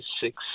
six